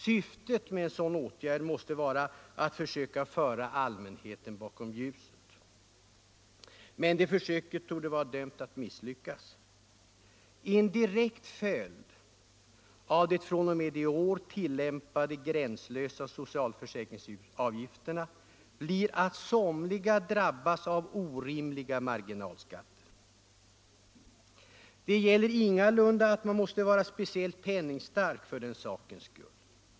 Syftet med en sådan åtgärd måste vara att försöka föra allmänheten bakom ljuset. Men det försöket torde vara dömt att misslyckas. En direkt följd av de fr.o.m. i år tillämpade ”gränslösa” socialförsäkringsavgifterna blir att somliga drabbas av orimliga marginalskatter. Man måste för den skull ingalunda vara speciellt penningstark.